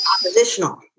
oppositional